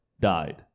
died